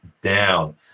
down